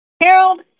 Harold